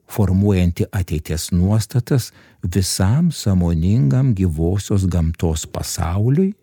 formuojanti ateities nuostatas visam sąmoningam gyvosios gamtos pasauliui